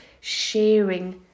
sharing